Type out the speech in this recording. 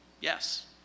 Yes